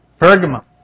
Pergamum